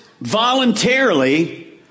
voluntarily